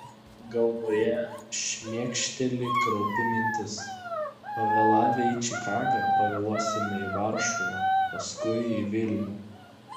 galvoje šmėkšteli kraupi mintis pavėlavę į čikagą pavėluosime į varšuvą paskui į vilnių